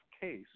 case